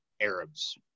Arabs